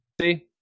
see